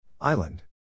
Island